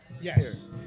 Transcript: Yes